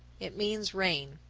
it means rain.